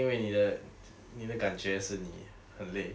因为你的你的感觉是你很累